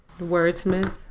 Wordsmith